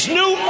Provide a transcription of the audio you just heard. new